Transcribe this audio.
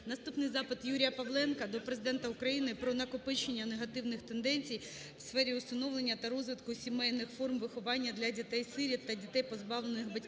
Наступний запит Юрія Павленка до Президента України про накопичення негативних тенденцій в сфері усиновлення та розвитку сімейних форм виховання для дітей-сиріт та дітей, позбавлених батьківського